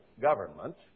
government